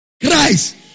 Christ